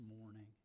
morning